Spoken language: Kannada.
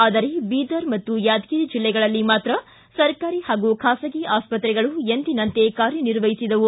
ಆದರೆ ಬೀದರ್ ಯಾದಗಿರಿ ಜಿಲ್ಲೆಗಳಲ್ಲಿ ಮಾತ್ರ ಸರ್ಕಾರಿ ಹಾಗೂ ಖಾಸಗಿ ಆಸ್ಪತ್ರೆಗಳು ಎಂದಿನಂತೆ ಕಾರ್ಯ ನಿರ್ವಹಿಸಿದವು